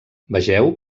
vegeu